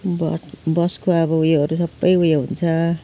अब बसको अब उयोहरू सबै उयो हुन्छ